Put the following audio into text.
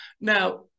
Now